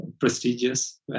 prestigious